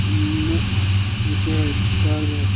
نہ یہِ چھُ یِہَے کاروبار